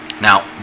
Now